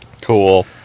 Cool